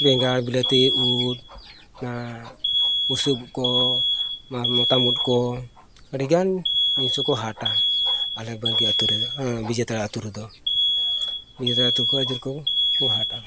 ᱵᱮᱜᱟᱲ ᱵᱤᱞᱟᱹᱛᱤ ᱩᱞ ᱟᱨ ᱵᱩᱥᱩᱵ ᱩᱫ ᱠᱚ ᱵᱟᱝ ᱢᱚᱛᱟᱢ ᱩᱫ ᱠᱚ ᱟᱹᱰᱤ ᱜᱟᱱ ᱡᱤᱱᱤᱥ ᱠᱚᱠᱚ ᱦᱟᱴᱟ ᱟᱞᱮ ᱵᱟᱹᱝᱜᱤ ᱟᱹᱛᱩ ᱨᱮᱫᱚ ᱵᱤᱡᱟᱹᱛᱟᱲᱟ ᱟᱹᱛᱩ ᱨᱮᱫᱚ ᱵᱤᱡᱟᱹᱛᱟᱲᱟ ᱟᱹᱛᱩ ᱨᱮᱠᱚ ᱦᱟᱴᱟ